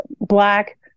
black